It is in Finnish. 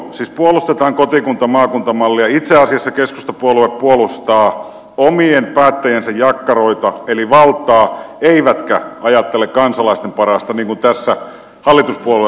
siis puolustetaan kotikuntamaakunta mallia itse asiassa keskustapuolue puolustaa omien päättäjiensä jakkaroita eli valtaa eikä ajattele kansalaisten parasta niin kuin tässä hallituspuolueet ajattelevat